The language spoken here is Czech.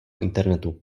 internetu